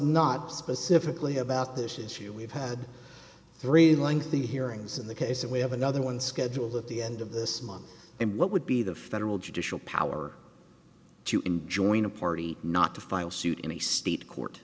not specifically about this issue we've had three lengthy hearings in the case and we have another one scheduled at the end of this month in what would be the federal judicial power to join a party not to file suit in the state court